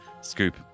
scoop